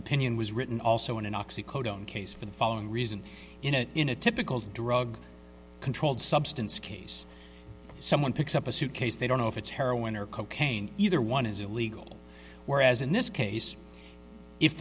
opinion was written also an anoxic own case for the following reason in a in a typical drug controlled substance case someone picks up a suitcase they don't know if it's heroin or cocaine either one is illegal whereas in this case if